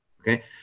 okay